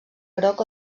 groc